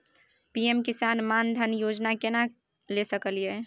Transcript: PM Kisan Maan Dhan Yojana के केना ले सकलिए?